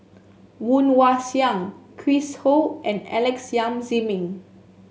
Woon Wah Siang Chris Ho and Alex Yam Ziming